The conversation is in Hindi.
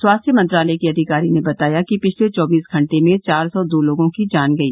स्वास्थ्य मंत्रालय के अधिकारी ने बताया कि पिछले चौबीस घंटे में चार सौ दो लोगों की जान गई